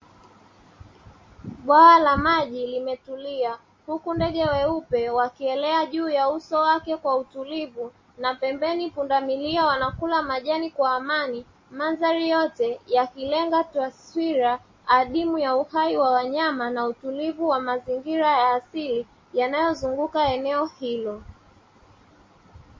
Bwawa la maji limetulia huku ndege weupe wakielea juu ya uso wake kwa utulivu, na pembeni pundamilia wanakula majani kwa amani. Mandhari yote yakilenga taswira adimu ya uhai wa wanyama na utulivu wa mazingira ya asili yanayozunguka eneo hilo.